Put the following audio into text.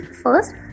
first